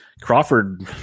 Crawford